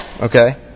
okay